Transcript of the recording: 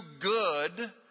good